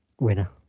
winner